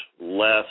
less